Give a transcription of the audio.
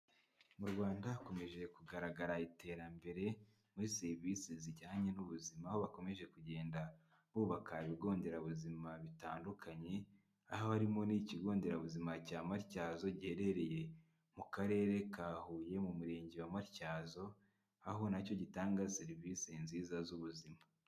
Mu Rwanda hakomeje kugaragara iterambere muri serivisi zijyanye n'ubuzima, aho bakomeje kugenda bubaka ibigo nderabuzima bitandukanye, aho harimo n'ikigo nderabuzima cya Matyazo, giherereye mu Karere ka Huye, mu Murenge wa Matyazo, aho na cyo gitanga serivisi nziza z'ubuzima.